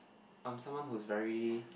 I'm someone who's very